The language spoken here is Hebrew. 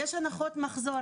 יש הנחות מחזור.